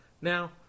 Now